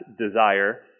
desire